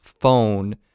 phone